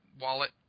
wallet